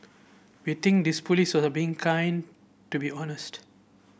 we think this police was being kind to be honest